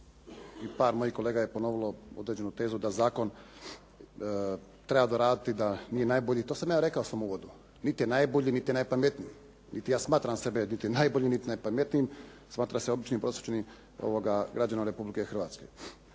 par mojih kolega je ponovilo određenu tezu da zakon treba doraditi, da nije najbolji. To sam ja rekao u svom uvodu. Niti je najbolji, niti je najpametniji, niti ja smatram sebe niti najboljim, niti najpametnijim, smatram se običnim prosječnim građaninom Republike Hrvatske.